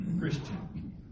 Christian